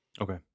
Okay